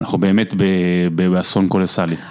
אנחנו באמת באסון קולוסאלי.